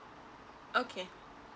okay